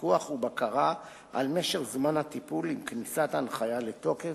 פיקוח ובקרה על משך זמן הטיפול עם כניסת ההנחיה לתוקף,